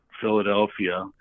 Philadelphia